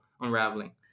unraveling